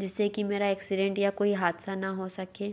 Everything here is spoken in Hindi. जिस से कि मेरा एक्सीडेंट या कोई हादसा ना हो सके